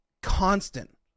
constant